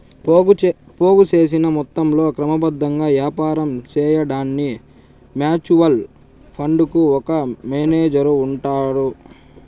పోగు సేసిన మొత్తంలో క్రమబద్ధంగా యాపారం సేయడాన్కి మ్యూచువల్ ఫండుకు ఒక మేనేజరు ఉంటాడు